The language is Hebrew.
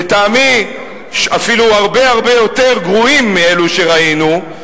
לטעמי אפילו הרבה הרבה יותר גרועים מאלו שראינו,